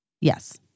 yes